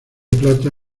plata